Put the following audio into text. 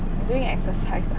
doing exercise ah